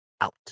out